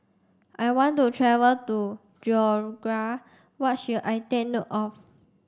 I want to travel to Georgia what should I take note of